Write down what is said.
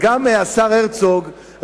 השר הרצוג,